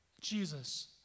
Jesus